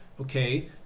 okay